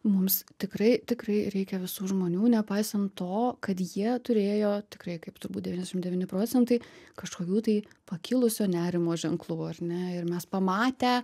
mums tikrai tikrai reikia visų žmonių nepaisant to kad jie turėjo tikrai kaip turbūt devyniasdešim devyni procentai kažkokių tai pakilusio nerimo ženklų ar ne ir mes pamatę